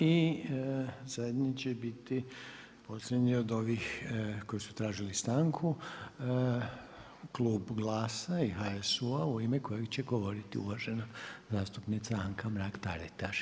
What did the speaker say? I zadnje će biti posljednje od ovih koji su tražili stanku klub GLAS-a i HSU-a u ime kojeg će govoriti uvažena zastupnica Anka Mrak-Taritaš.